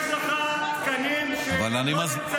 יש לך תקנים שלא ניצלת.